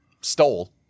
stole